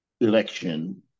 election